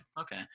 okay